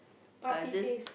I just